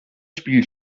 spiel